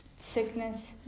sickness